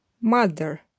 Mother